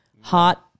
hot